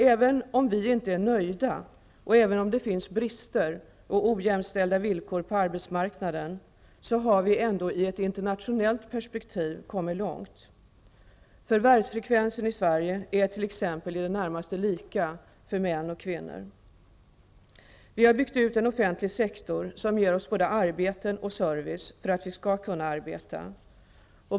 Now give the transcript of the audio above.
Även om vi inte är nöjda, och även om det finns brister och ojämställda villkor på arbetsmarknaden, har vi ändå i ett internationellt perspektiv kommit långt. Förvärvsfrekvensen i Sverige är t.ex. i det närmaste lika för män och kvinnor. Vi har byggt ut en offentlig sektor som ger oss både arbeten och service för att vi skall kunna arbeta.